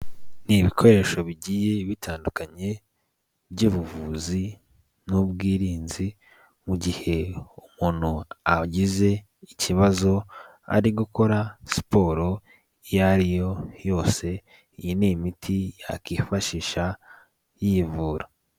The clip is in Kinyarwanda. Ni ibikoresho bigiye bitandukanye by'ubuvuzi n'ubwirinzi mu gihe umuntu agize ikibazo ari gukora siporo iyo ariyo yose. Iyi ni imiti yakifashisha yivura.